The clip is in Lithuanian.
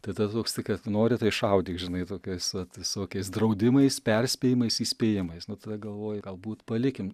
tai tada toks tik kad nori tai šaudyk žinai tokiais va visokiais draudimais perspėjimais įspėjimais nu tada galvoji galbūt palikim